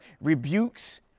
rebukes